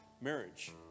marriage